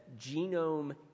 genome